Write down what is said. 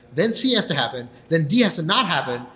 then c has to happen, then d has to not happen,